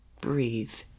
breathe